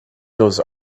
those